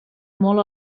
molt